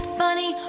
funny